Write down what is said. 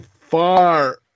far